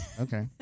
Okay